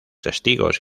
testigos